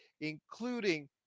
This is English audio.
including